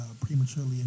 prematurely